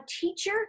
teacher